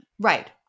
Right